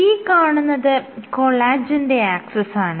ഈ കാണുന്നത് കൊളാജെന്റെ ആക്സിസാണ്